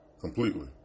completely